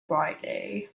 brightly